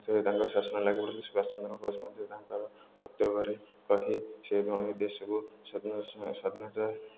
ସେ ତାଙ୍କ ଶାସନରେ ଲାଗି ପଡ଼ିଥିଲେ ସୁବାଷ୍ ଚନ୍ଦ୍ର ବୋଷ୍ ମଧ୍ୟ ତାଙ୍କର ବକ୍ତବ୍ୟରେ କହି ସେ ଦେଶକୁ